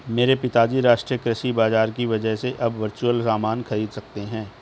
मेरे पिताजी राष्ट्रीय कृषि बाजार की वजह से अब वर्चुअल सामान खरीद सकते हैं